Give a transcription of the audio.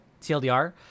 TLDR